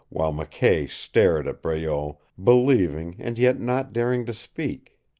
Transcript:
while mckay stared at breault, believing, and yet not daring to speak.